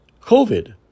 covid